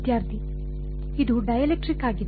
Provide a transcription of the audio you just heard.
ವಿದ್ಯಾರ್ಥಿ ಇದು ಡೈಎಲೆಕ್ಟ್ರಿಕ್ ಆಗಿದೆ